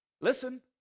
listen